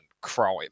crime